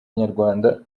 inyarwanda